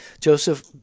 Joseph